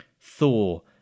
Thor